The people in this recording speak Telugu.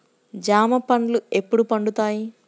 జామ పండ్లు ఎప్పుడు పండుతాయి?